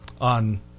on